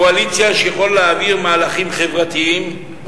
קואליציה שיכולה להעביר מהלכים חברתיים,